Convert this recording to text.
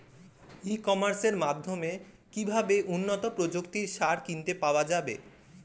ই কমার্সের মাধ্যমে কিভাবে উন্নত প্রযুক্তির সার কিনতে পাওয়া যাবে?